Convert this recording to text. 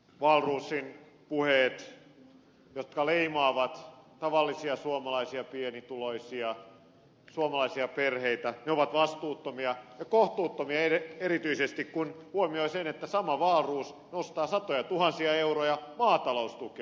wahlroosin puheet jotka leimaavat tavallisia suomalaisia pienituloisia suomalaisia perheitä ovat vastuuttomia ja kohtuuttomia erityisesti kun huomioi sen että sama wahlroos nostaa satoja tuhansia euroja maataloustukea